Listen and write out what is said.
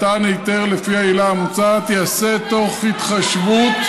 מתן היתר לפי העילה המוצעת ייעשה תוך התחשבות,